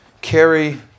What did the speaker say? carry